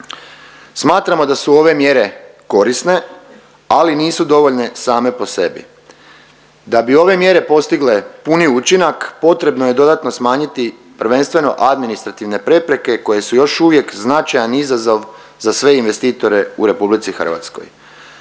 Smatramo da su ove mjere korisne, ali nisu dovoljne same po sebi. Da bi ove mjere postigle puni učinak potrebno je dodatno smanjiti prvenstveno administrativne prepreke koje su još uvijek značajan izazov za sve investitore u Republici Hrvatskoj.